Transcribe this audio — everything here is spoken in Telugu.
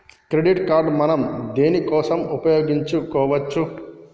క్రెడిట్ కార్డ్ మనం దేనికోసం ఉపయోగించుకోవచ్చు?